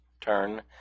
turn